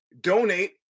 Donate